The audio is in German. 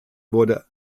wurde